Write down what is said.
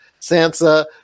Sansa